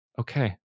okay